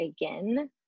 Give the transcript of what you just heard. again